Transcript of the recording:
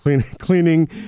cleaning